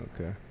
okay